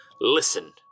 Listen